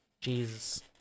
Jesus